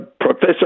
Professor